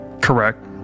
Correct